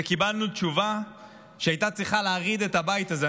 וקיבלנו תשובה שהייתה צריכה להרעיד את הבית הזה.